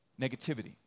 negativity